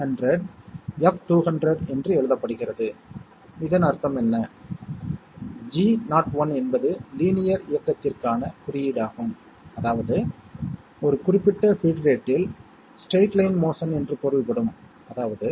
மற்றும் அது 0 மற்றும் 0 ஐ கூட்டி எனக்கு 0 என முடிவைக் கொடுக்கலாம் எனவே இது கணிதக் கூட்டல் மற்றும் லாஜிக் சர்க்யூட்கள் லாஜிக் செயல்பாடுகளின் உதவியுடன் நான் இந்த கணித செயல்பாடுகளை பிரதிநிதித்துவப்படுத்த வேண்டும்